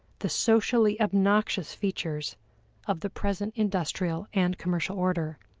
the socially obnoxious features of the present industrial and commercial order.